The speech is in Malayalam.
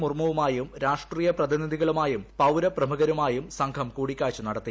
മുർമ്മുവുമായും രാഷ്ട്രീയ പ്രതിനിധികളുമായും പൌരപ്രമുഖരുമായും സംഘം കൂടിക്കാഴ്ച നടത്തി